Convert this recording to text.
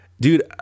Dude